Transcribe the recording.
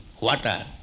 water